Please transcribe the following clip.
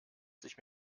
sich